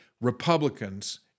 Republicans